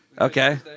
Okay